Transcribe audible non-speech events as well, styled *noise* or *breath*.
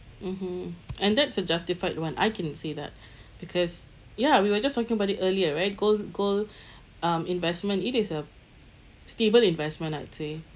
mmhmm and that's a justified one I can see that because ya we were just talking about it earlier right gold gold *breath* um investment it is a stable investment I would say